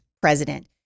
president